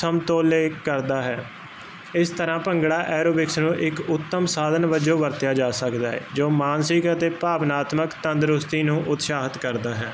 ਸਮ ਤੋਲੇ ਕਰਦਾ ਹੈ ਇਸ ਤਰਾਂ ਭੰਗੜਾ ਐਰੋਬਿਕਸ ਨੂੰ ਇੱਕ ਉੱਤਮ ਸਾਧਨ ਵਜੋਂ ਵਰਤਿਆ ਜਾ ਸਕਦਾ ਹੈ ਜੋ ਮਾਨਸਿਕ ਅਤੇ ਭਾਵਨਾਤਮਕ ਤੰਦਰੁਸਤੀ ਨੂੰ ਉਤਸ਼ਾਹਿਤ ਕਰਦਾ ਹੈ